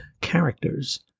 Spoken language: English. characters